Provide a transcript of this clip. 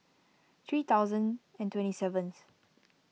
three thousand and twenty seventh